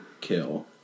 kill